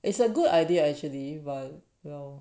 it's a good idea actually but well